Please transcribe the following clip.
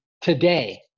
today